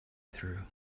through